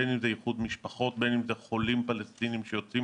בין אם זה איחוד משפחות או חולים פלסטינים שיוצאים